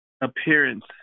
appearance